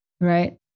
right